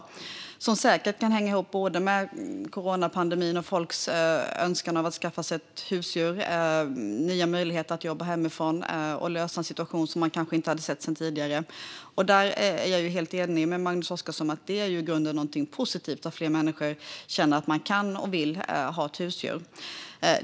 Det kan säkert hänga ihop med coronapandemin och folks önskan att skaffa sig ett husdjur - och nya möjligheter att jobba hemifrån och lösa en situation som man kanske inte hade tidigare. Jag är helt enig med Magnus Oscarsson om att det i grunden är något positivt att fler människor känner att de kan och vill ha ett husdjur.